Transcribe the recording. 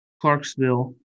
Clarksville